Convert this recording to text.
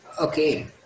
Okay